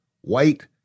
white